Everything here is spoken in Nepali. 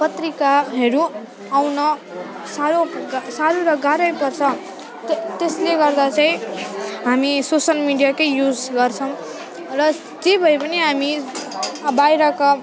पत्रिकाहरू आउन साह्रो पर्छ साह्रो र गाह्रै पर्छ त्यसले गर्दा चाहिँ हामी सोसल मिडियाकै युज गर्छौँ र जे भए पनि हामी बाहिरका